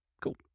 Cool